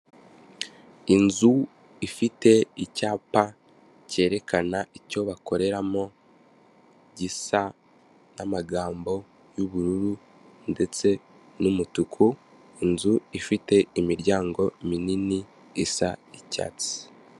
Inzu ifite icyapa cyerekana icyo bakoreramo gisa n'amagambo y'ubururu ndetse n'umutuku, inzu ifite imiryango minini isa icyatsi.